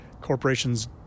Corporations